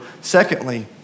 Secondly